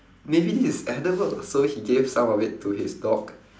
maybe this is edible so he gave some of it to his dog